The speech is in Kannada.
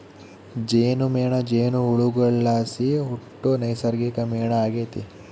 ಜೇನುಮೇಣ ಜೇನುಹುಳುಗುಳ್ಲಾಸಿ ಹುಟ್ಟೋ ನೈಸರ್ಗಿಕ ಮೇಣ ಆಗೆತೆ